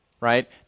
right